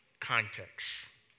context